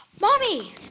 Mommy